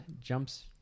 jumps